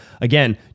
again